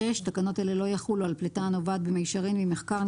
תקנות אלה לא יחולו על פליטה הנובעת במישרין ממחקר,